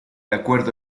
acuerdo